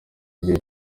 igihe